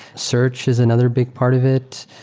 search is another big part of it.